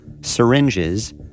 syringes